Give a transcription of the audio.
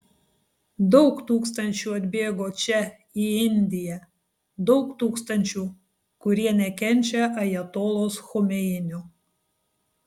daug tūkstančių atbėgo čia į indiją daug tūkstančių kurie nekenčia ajatolos chomeinio